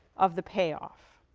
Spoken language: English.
of the payoff.